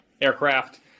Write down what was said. aircraft